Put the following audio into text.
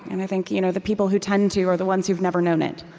and i think you know the people who tend to are the ones who've never known it.